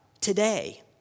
today